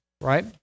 right